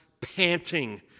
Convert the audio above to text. panting